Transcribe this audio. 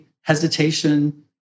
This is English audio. hesitation